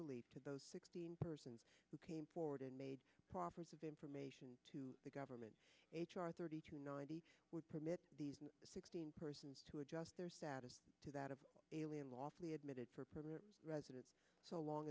relief to those sixteen persons who came forward and made offers of information to the government h r thirty two ninety would permit these sixteen persons to adjust their status to that of alien lawfully admitted for permanent residence so long